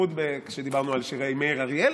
בייחוד כשדיברנו על שירי מאיר אריאל.